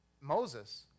Moses